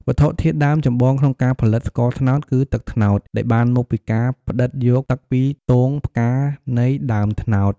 វត្ថុធាតុដើមចម្បងក្នុងការផលិតស្ករត្នោតគឺ ទឹកត្នោត ដែលបានមកពីការផ្ដិតយកទឹកពីទងផ្កានៃដើមត្នោត។